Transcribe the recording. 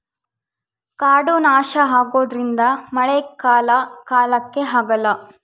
ಕಾಡು ನಾಶ ಆಗೋದ್ರಿಂದ ಮಳೆ ಕಾಲ ಕಾಲಕ್ಕೆ ಆಗಲ್ಲ